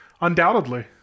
Undoubtedly